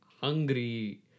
hungry